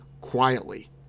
quietly